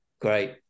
great